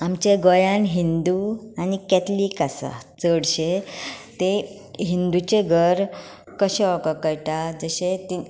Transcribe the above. आमच्या गोंयांत हिंदू आनी कॅथलीक आसा चडशे तें हिंदूंचें घर कशें वळकूंक कळटा जशें तीं